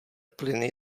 plyny